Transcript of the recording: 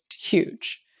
huge